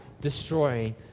destroying